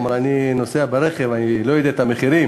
הוא אמר: אני נוסע ברכב, אני לא יודע את המחירים.